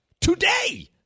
Today